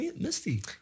Misty